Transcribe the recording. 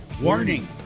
warning